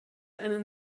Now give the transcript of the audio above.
einen